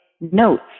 notes